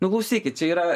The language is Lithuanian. nu klausykit čia yra